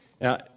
Now